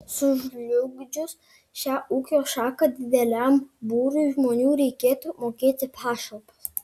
sužlugdžius šią ūkio šaką dideliam būriui žmonių reikėtų mokėti pašalpas